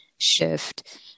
shift